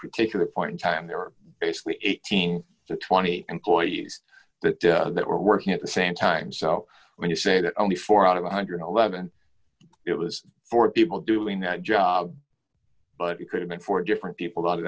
particular point in time there are basically eighteen to twenty employees that were working at the same time so when you say that only four out of one hundred and eleven it was four people doing that job but it could have been four different people out